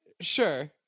Sure